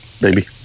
baby